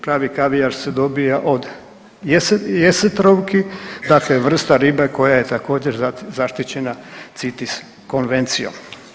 Pravi kavijar se dobija od jesetrovki, dakle vrste ribe koja je također zaštićena CITIS konvencijom.